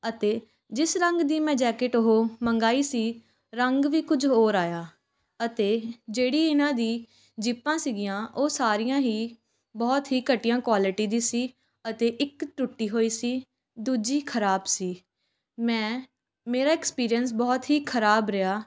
ਅਤੇ ਜਿਸ ਰੰਗ ਦੀ ਮੈ ਜੈਕਟ ਉਹ ਮੰਗਵਾਈ ਸੀ ਰੰਗ ਵੀ ਕੁਝ ਹੋਰ ਆਇਆ ਅਤੇ ਜਿਹੜੀ ਇਹਨਾਂ ਦੀ ਜਿੱਪਾਂ ਸੀਗੀਆਂ ਉਹ ਸਾਰੀਆਂ ਹੀ ਬਹੁਤ ਹੀ ਘਟੀਆ ਕੁਆਲਟੀ ਦੀ ਸੀ ਅਤੇ ਇੱਕ ਟੁੱਟੀ ਹੋਈ ਸੀ ਦੂਜੀ ਖਰਾਬ ਸੀ ਮੈਂ ਮੇਰਾ ਐਕਸਪੀਰੀਅੰਸ ਬਹੁਤ ਹੀ ਖਰਾਬ ਰਿਹਾ